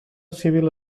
civil